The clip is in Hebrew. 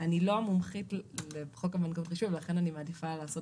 אני לא המומחית לחוק הבנקאות רישוי ולכן אני מעדיפה לעשות